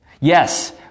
Yes